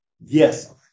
Yes